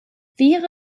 wäre